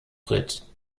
frites